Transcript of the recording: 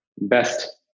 Best